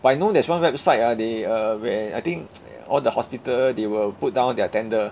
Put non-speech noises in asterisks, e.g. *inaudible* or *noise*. but I know there's one website ah they uh where I think *noise* all the hospital they will put down their tender